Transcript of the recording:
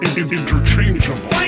Interchangeable